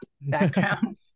background